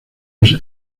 los